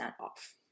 off